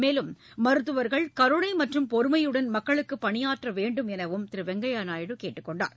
மேலும் மருத்துவர்கள் கருணை மற்றும் பொறுமையுடன் மக்களுக்கு பணியாற்ற வேண்டும் எனவும் திரு வெங்கையா நாயுடு கேட்டுக்கொண்டார்